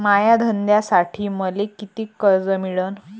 माया धंद्यासाठी मले कितीक कर्ज मिळनं?